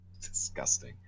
Disgusting